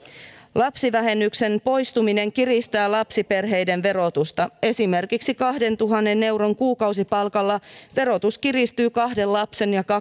lapsivähennyksen poistuminen kiristää lapsiperheiden verotusta esimerkiksi kahdentuhannen euron kuukausipalkalla verotus kiristyy kahden lapsen ja